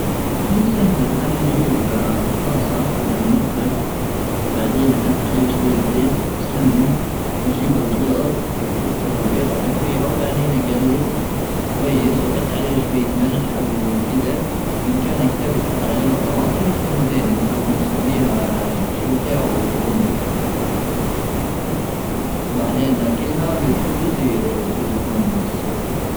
هي سهله انا اجيب الطاسه من المطبخ وبعدين احط عليها شويه زيت او سمن واجيب البيض يكسر البيض احط فيها وبعدين اقلب كويس واحط عليه شويه ملح او كذا وان كان كتاب يتحط عليها طماطم تكون زينه نسميها شكشوكه او اومليت وبعدين ناكلها بالخبز الخبز يكون السخن.